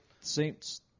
Saints